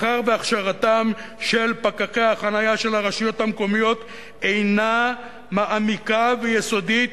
מאחר שהכשרתם של פקחי החנייה של הרשויות המקומיות אינה מעמיקה ויסודית